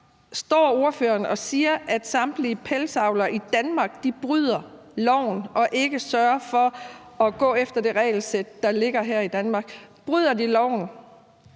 Står ordføreren og siger, at samtlige pelsdyravlere i Danmark bryder loven og ikke sørger for at følge det regelsæt, der gælder her i Danmark? Bryder de loven?